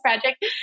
project